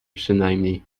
przynajmniej